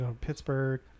Pittsburgh